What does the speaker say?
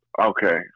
Okay